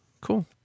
Cool